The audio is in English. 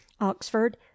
oxford